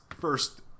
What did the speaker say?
first